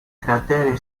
cratere